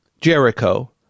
Jericho